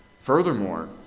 Furthermore